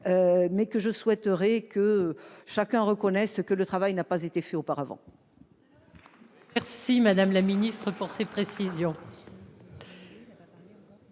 demandes. Je souhaite que chacun reconnaisse que le travail n'a pas été fait auparavant